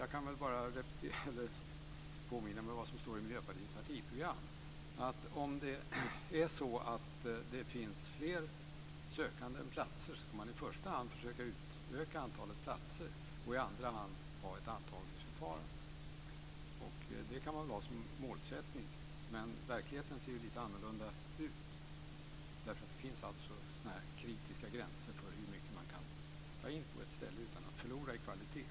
Jag kan bara påminna mig vad som står i Miljöpartiets partiprogram: Om det är så att det finns fler sökande än platser ska man i första hand försöka utöka antalet platser och i andra hand ha ett antagningsförfarande. Det kan man ha som målsättning, men verkligheten ser lite annorlunda ut därför att det finns kritiska gränser för hur många man kan ta in på ett ställe utan att förlora i kvalitet.